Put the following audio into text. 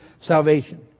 salvation